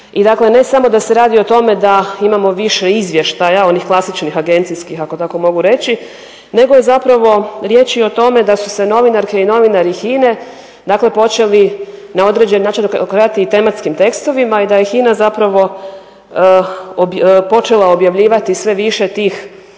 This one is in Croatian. dakle, ne samo da se radi o tome da imamo više izvještaja, onih klasičnih agencijskih ako tako mogu reći nego je zapravo riječ i o tome da su se novinarke i novinari HINA-e, dakle počeli na određeni način okretati i tematskim tekstovima i da je HINA zapravo počela objavljivati sve više tih